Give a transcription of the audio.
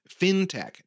fintech